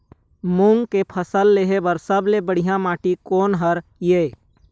मूंग के फसल लेहे बर सबले बढ़िया माटी कोन हर ये?